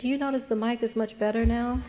do you notice the mike this much better now